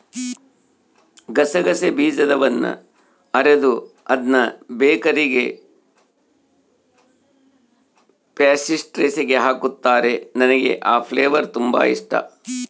ಗಸಗಸೆ ಬೀಜದವನ್ನ ಅರೆದು ಅದ್ನ ಬೇಕರಿಗ ಪ್ಯಾಸ್ಟ್ರಿಸ್ಗೆ ಹಾಕುತ್ತಾರ, ನನಗೆ ಆ ಫ್ಲೇವರ್ ತುಂಬಾ ಇಷ್ಟಾ